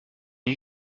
une